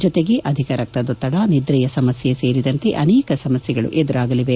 ಜೊತೆಗೆ ಅಧಿಕ ರಕ್ತದೊತ್ತಡ ನಿದ್ರೆಯ ಸಮಸ್ತೆ ಸೇರಿದಂತೆ ಅನೇಕ ಸಮಸ್ಥೆಗಳು ಎದುರಾಗಲಿದೆ